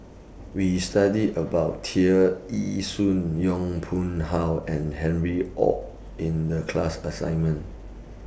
We studied about Tear Ee Soon Yong Pung How and Harry ORD in The class assignment